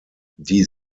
die